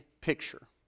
picture